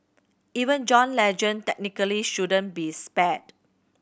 even John Legend technically shouldn't be spared